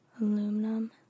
Aluminum